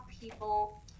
people